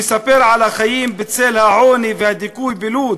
שמספר על החיים בצל העוני והדיכוי בלוד